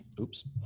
oops